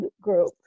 group